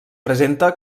presenta